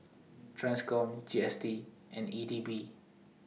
TRANSCOM G S T and E D B